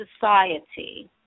Society